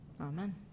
Amen